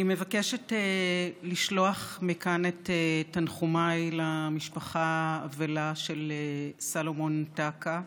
אני מבקשת לשלוח מכאן את תנחומיי למשפחה האבלה של סלומון טקה,